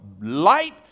light